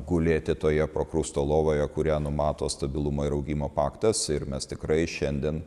gulėti toje prokrusto lovoje kurią numato stabilumo ir augimo paktas ir mes tikrai šiandien